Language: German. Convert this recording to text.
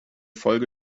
folge